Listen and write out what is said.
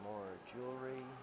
more jewelry